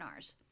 webinars